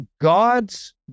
God's